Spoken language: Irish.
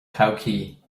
todhchaí